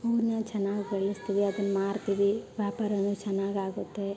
ಹೂವನ್ನು ಚೆನ್ನಾಗ್ ಬೆಳೆಸ್ತೀವಿ ಅದನ್ನು ಮಾರ್ತೀವಿ ವ್ಯಾಪಾರನೂ ಚೆನ್ನಾಗಾಗುತ್ತೆ